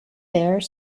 there